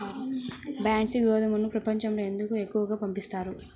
బన్సీ గోధుమను ప్రపంచంలో ఎందుకు ఎక్కువగా పండిస్తారు?